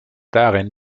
darin